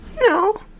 No